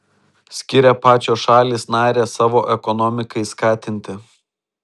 skiria pačios šalys narės savo ekonomikai skatinti